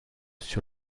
sur